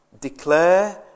Declare